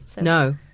No